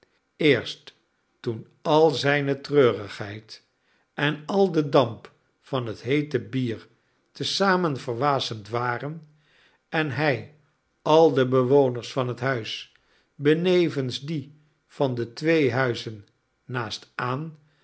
eerst toen al zijne treurigheid en al de damp van het heete bier te zamen verwasemd waren en hij al de bewoners van het huis benevens die van de twee huizen naast aan